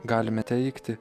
galime teigti